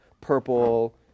purple